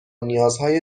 نیازهای